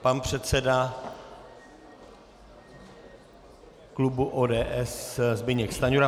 Pan předseda klubu ODS Zbyněk Stanjura.